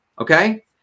okay